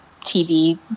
TV